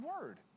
word